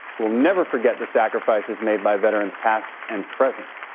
we'll never forget the sacrifices made by veterans past and present.